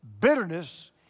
Bitterness